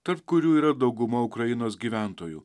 tarp kurių yra dauguma ukrainos gyventojų